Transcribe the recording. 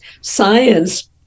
Science